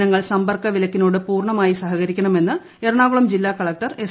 ജനങ്ങൾ സമ്പർക്ക വിലക്കിനോട് പൂർണമായി സഹകരിക്കണമെന്ന് എറണാകുളം ജില്ലാ കളക്ടർ എസ്